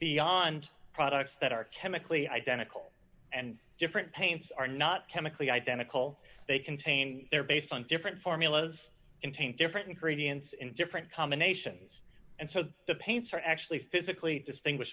beyond products that are chemically identical and different paints are not chemically identical they contain they're based on different formulas in paint different ingredients in different combinations and so the paints are actually physically distinguish